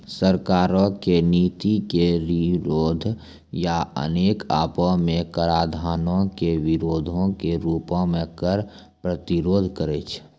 सरकारो के नीति के विरोध या अपने आपो मे कराधानो के विरोधो के रूपो मे कर प्रतिरोध करै छै